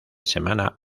semana